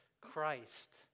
christ